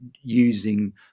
using